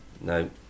No